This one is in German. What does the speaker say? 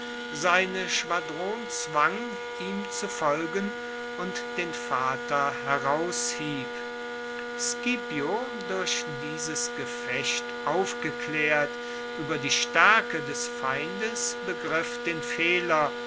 seine schwadron zwang ihm zu folgen und den vater heraushieb scipio durch dies gefecht aufgeklaert ueber die staerke des feindes begriff den fehler